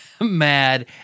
mad